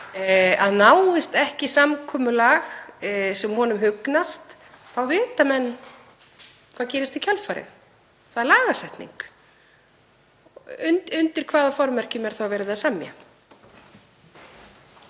að náist ekki samkomulag sem honum hugnast þá viti menn hvað gerist í kjölfarið: lagasetning. Undir hvaða formerkjum er þá verið að semja?